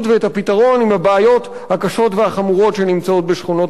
ואת הפתרון של הבעיות הקשות והחמורות שנמצאות בשכונות